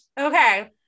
Okay